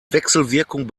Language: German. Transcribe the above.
wechselwirkung